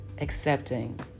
accepting